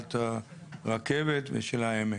מסילת הרכבת ושל העמק.